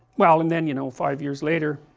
well and then you know five years later